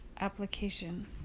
application